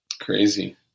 crazy